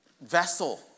vessel